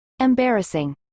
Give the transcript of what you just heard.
Embarrassing